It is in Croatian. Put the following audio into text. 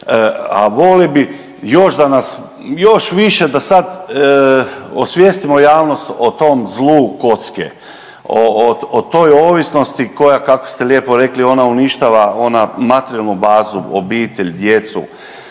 da nas, još više da sad osvijestimo javnost o tom zlu kocke, o toj ovisnosti koja kako ste lijepo rekli ona uništava, ona materijalnu bazu obitelj, djecu,